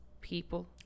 people